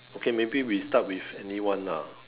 okay maybe we start with anyone ah